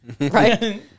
right